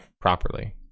properly